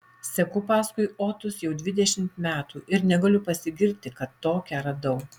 seku paskui otus jau dvidešimt metų ir negaliu pasigirti kad tokią radau